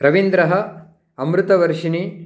रवीन्द्रः अमृतवर्षिणी